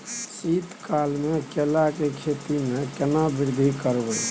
शीत काल मे केला के खेती में केना वृद्धि करबै?